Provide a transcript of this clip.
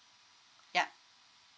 yeah